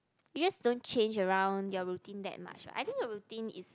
you just don't change around your routine that much ah I think a routine is